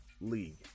league